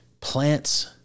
plants